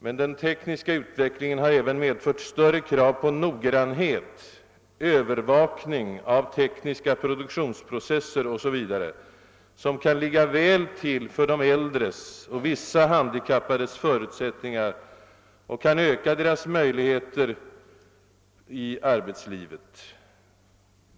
Men den tekniska utvecklingen har också medfört större krav på noggrannhet, övervakning av tekniska produktionsprocesser osv., som kan ligga väl till för de äldres och vissa handikappades förutsättningar och kan öka deras möjligheter i arbetslivet.